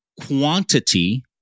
quantity